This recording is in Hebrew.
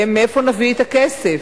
מאיפה נביא את הכסף,